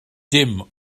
dim